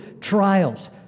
trials